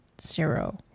Zero